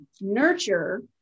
Nurture